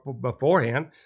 beforehand